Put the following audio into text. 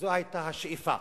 זו היתה השאיפה,